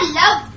love